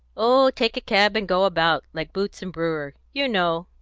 oh, take a cab and go about, like boots and brewer, you know,